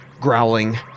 growling